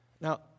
Now